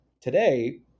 Today